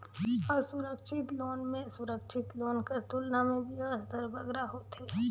असुरक्छित लोन में सुरक्छित लोन कर तुलना में बियाज दर बगरा होथे